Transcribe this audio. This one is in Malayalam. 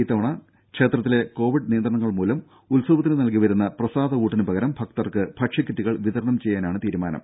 ഇത്തവണ ക്ഷേത്രത്തിലെ കോവിഡ് നിയന്ത്രണങ്ങൾമൂലം ഉത്സവത്തിന് നൽകിവരുന്ന പ്രസാദ ഊട്ടിന് പകരം ഭക്തർക്ക് ഭക്ഷ്യകിറ്റുകൾ വിതരണം ചെയ്യാനാണ് തീരുമാനം